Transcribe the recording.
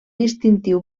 distintiu